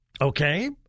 Okay